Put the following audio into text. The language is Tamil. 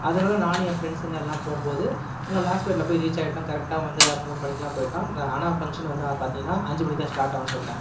அதனால நானு என் ஃப்ரெண்சுங்க எல்லாம் போகும்போது அங்கே லாஸ்பெட்டில் போய் ரீச் ஆகிட்டோம் கரெக்டாக வந்து மூணு மணிக்கெல்லாம் போயிட்டோம் ஆனால் ஃபங்க்ஷன் வந்து பார்த்தீங்கன்னா அஞ்சு மணிக்குதா ஸ்டார்ட் ஆகும்னு சொல்லிட்டாங்கள்